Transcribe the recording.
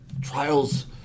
Trials